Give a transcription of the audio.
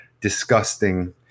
disgusting